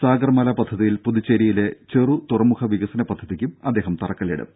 സാഗർമാല പദ്ധതിയിൽ പുതുച്ചേരിയിലെ ചെറു തുറമുഖ വികസന പദ്ധതിക്കും അദ്ദേഹം തറക്കല്ലിടും